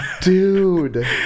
dude